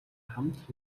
хамт